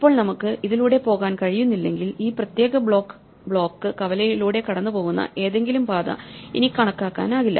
ഇപ്പോൾ നമുക്ക് ഇതിലൂടെ പോകാൻ കഴിയുന്നില്ലെങ്കിൽ ഈ പ്രത്യേക ബ്ലോക്ക് കവലയിലൂടെ കടന്നുപോകുന്ന ഏതെങ്കിലും പാത ഇനി കണക്കാക്കില്ല